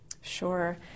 Sure